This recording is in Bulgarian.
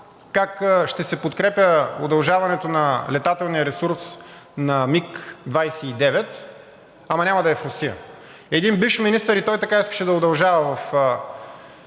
как ще се подкрепя удължаването на летателния ресурс на МиГ-29, ама няма да е в Русия. Един бивш министър и той така искаше да удължава в